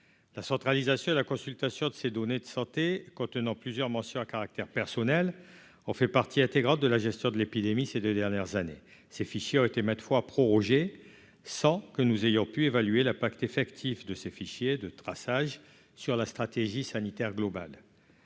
la centralisation et la consultation de ses données de santé contenant plusieurs mention à caractère personnel on fait partie intégrante de la gestion de l'épidémie, ces 2 dernières années, ces fichiers ont été maintes fois prorogé sans que nous ayons pu évaluer la pacte effectif de ces fichiers de traçage sur la stratégie sanitaire globale,